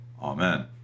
Amen